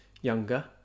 younger